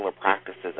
practices